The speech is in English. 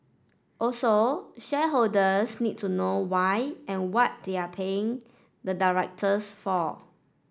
also shareholders need to know why and what they are paying the directors for